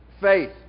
faith